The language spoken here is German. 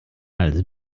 als